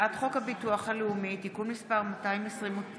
הצעת חוק הביטוח הלאומי (תיקון מס' 229)